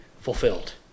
fulfilled